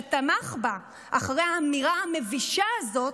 שתמך בה אחרי האמירה המבישה הזאת,